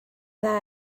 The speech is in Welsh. dda